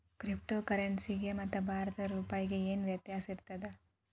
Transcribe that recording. Crypto ಕರೆನ್ಸಿಗೆ ಮತ್ತ ಭಾರತದ್ ರೂಪಾಯಿಗೆ ಏನ್ ವ್ಯತ್ಯಾಸಿರ್ತದ?